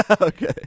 Okay